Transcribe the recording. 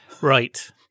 Right